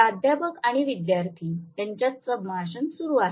प्राध्यापक आणि विद्यार्थी यांच्यात संभाषण सुरू आहे